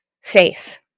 faith